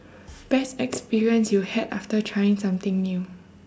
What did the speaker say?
best experience you had after trying something new